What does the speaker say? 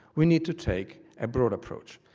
we need to take a broad approach,